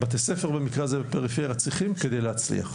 בתי ספר במקרה הזה בפריפריה צריכים כדי להצליח,